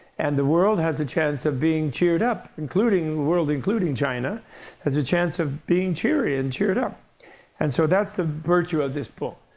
and the world has a chance of being cheered up, including the world including china has a chance of being cheery and cheered up. and so, that's the virtue of this book.